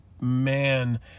man